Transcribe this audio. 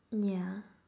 yeah